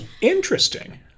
Interesting